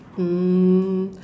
mm